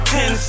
Ten